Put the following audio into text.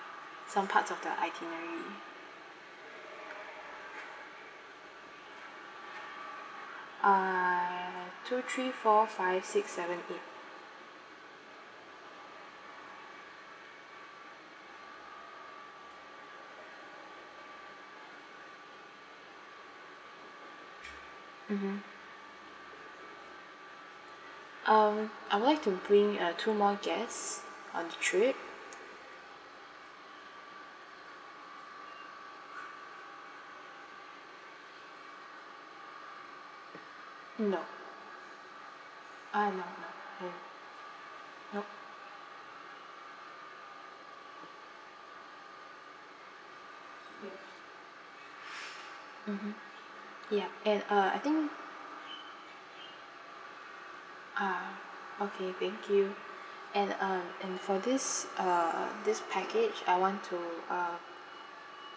some parts of the itinerary uh two three four five six seven eight mmhmm um I would like to bring uh two more guests on the trip no ah no no mm nope mmhmm yup and uh I think ah okay thank you and uh and for this uh this package I want to uh